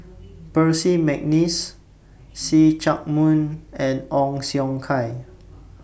Percy Mcneice See Chak Mun and Ong Siong Kai